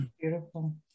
Beautiful